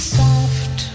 soft